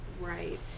Right